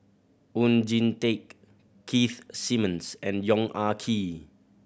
Oon Jin Teik Keith Simmons and Yong Ah Kee